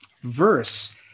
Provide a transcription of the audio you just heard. verse